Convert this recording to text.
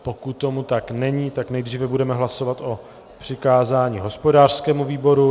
Pokud tomu tak není, tak nejdříve budeme hlasovat o přikázání hospodářskému výboru.